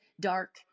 dark